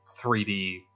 3D